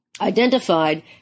identified